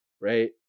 Right